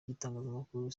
by’itangazamakuru